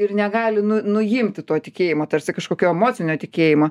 ir negali nuimti to tikėjimo tarsi kažkokio emocinio tikėjimo